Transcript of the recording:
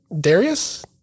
Darius